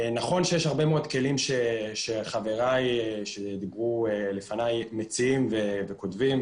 נכון שיש הרבה מאוד כלים שחבריי שדיברו לפניי מציעים וכותבים,